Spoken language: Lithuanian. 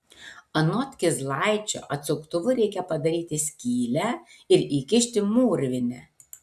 anot kizlaičio atsuktuvu reikia padaryti skylę ir įkišti mūrvinę